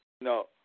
No